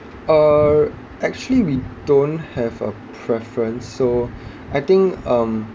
uh actually we don't have a preference so I think um